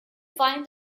find